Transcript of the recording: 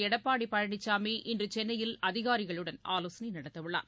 எடப்பாடி பழனிசாமி இன்று சென்னையில் அதிகாரிகளுடன் ஆலோசனை நடத்தவுள்ளார்